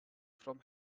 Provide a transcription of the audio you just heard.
from